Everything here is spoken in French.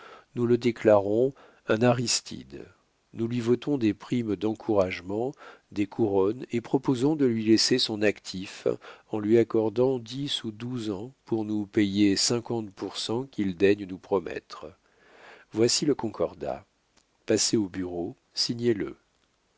nous le déclarons un aristide nous lui votons des primes d'encouragement des couronnes et proposons de lui laisser son actif en lui accordant dix ou douze ans pour nous payer cinquante pour cent qu'il daigne nous promettre voici le concordat passez au bureau signez le